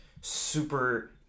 super